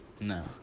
No